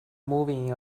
moving